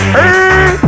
Hey